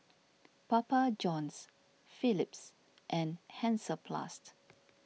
Papa Johns Philips and Hansaplast